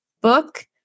book